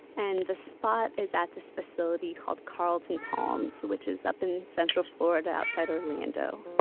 and the spot is at this facility called carlton palms, which is up in central florida outside orlando